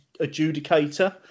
adjudicator